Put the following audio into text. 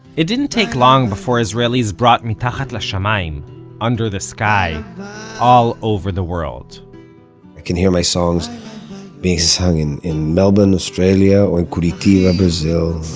it didn't take long before israelis brought mitachat la'shamayim under the sky all over the world i can hear my songs being sung in in melbourne, australia, or in curitiba, brazil,